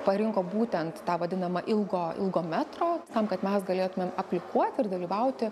parinko būtent tą vadinamą ilgo ilgo metro tam kad mes galėtumėm aplikuot ir dalyvauti